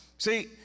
See